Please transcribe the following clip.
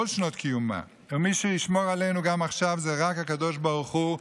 שנות קיומה ומי שישמור עלינו גם עכשיו זה רק הקדוש ברוך הוא.